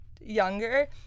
younger